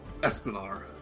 Espinar